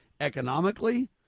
economically